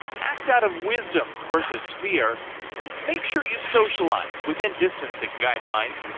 act out of wisdom versus fear and make sure you socialize within distancing guidelines.